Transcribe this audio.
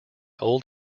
old